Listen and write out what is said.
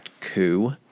coup